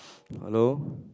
hello